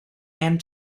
and